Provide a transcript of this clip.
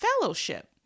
fellowship